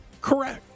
Correct